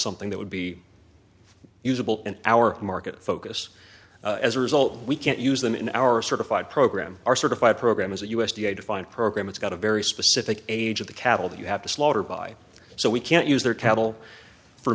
something that would be usable in our market focus as a result we can't use them in our certified program our certified program is a u s d a defined program it's got a very specific age of the cattle that you have to slaughter by so we can't use their cattle for